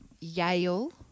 Yale